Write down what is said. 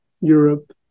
Europe